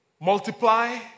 Multiply